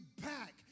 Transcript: back